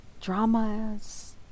dramas